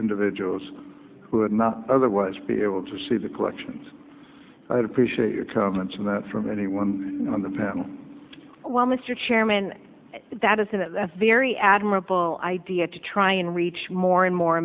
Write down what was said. individuals who would not otherwise be able to see the collections i'd appreciate your comments and that from anyone on the panel well mr chairman that is a very admirable idea to try and reach more and more